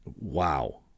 wow